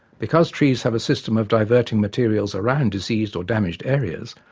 because trees have a system of diverting materials around diseased or damaged areas,